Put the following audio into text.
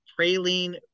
praline